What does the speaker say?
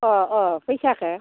अह अह फैसाखो